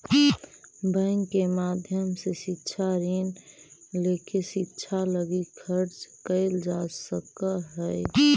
bank के माध्यम से शिक्षा ऋण लेके शिक्षा लगी खर्च कैल जा सकऽ हई